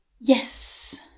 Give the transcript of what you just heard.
Yes